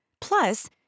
Plus